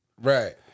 Right